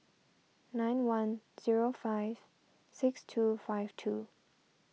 nine one zero five six two five two